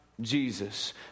Jesus